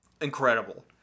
Incredible